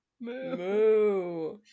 Moo